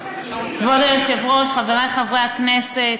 האנשים שטסים, כבוד היושב-ראש, חברי חברי הכנסת,